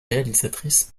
réalisatrice